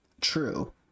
true